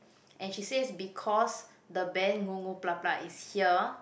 and she says because the band Goo-Goo-Gah-Gah blah blah is here